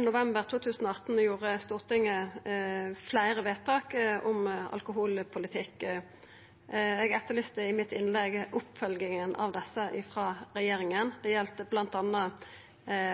november 2018 fatta Stortinget fleire vedtak om alkoholpolitikk. Eg etterlyste i innlegget mitt oppfølginga av desse frå regjeringa. Det gjaldt bl.a.